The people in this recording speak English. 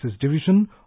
Division